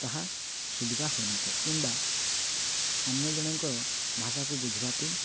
ତାହା ସୁବିଧା ହୋଇନଥାଏ କିମ୍ବା ଅନ୍ୟ ଜଣଙ୍କର ଭାଷାକୁ ବୁଝିବା ପାଇଁ